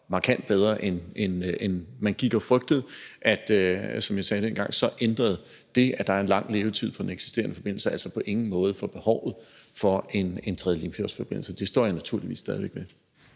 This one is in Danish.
markant bedre, end man gik og frygtede, ændrer det, at der er en lang levetid på den eksisterende forbindelse, på ingen måde ved behovet for en tredje Limfjordsforbindelse. Det står jeg naturligvis stadig væk ved.